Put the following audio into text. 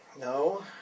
No